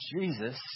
Jesus